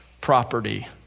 property